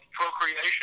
procreation